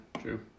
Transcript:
true